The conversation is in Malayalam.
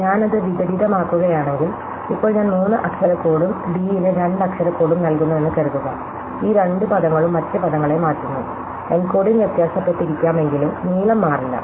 ഞാൻ അത് വിപരീതമാക്കുകയാണെങ്കിൽ ഇപ്പോൾ ഞാൻ മൂന്ന് അക്ഷര കോഡും ഡി ന് രണ്ട് അക്ഷര കോഡും നൽകുന്നുവെന്ന് കരുതുക ഈ രണ്ട് പദങ്ങളും മറ്റ് പദങ്ങളെ മാറ്റുന്നു എൻകോഡിംഗ് വ്യത്യാസപ്പെട്ടിരിക്കാമെങ്കിലും നീളം മാറില്ല